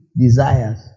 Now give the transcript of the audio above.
desires